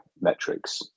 metrics